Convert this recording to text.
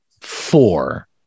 four